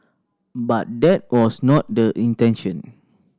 but that was not the intention